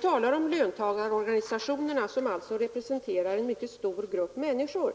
kronor. Löntagarorganisationerna representerar vidare en mycket stor grupp människor.